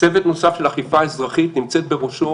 צוות נוסף של אכיפה אזרחית נמצאת בראשו